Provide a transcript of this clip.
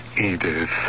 Edith